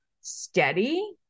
steady